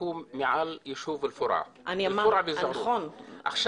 לקום מעל ישוב אל פורעה ו- -- אני